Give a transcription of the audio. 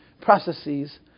processes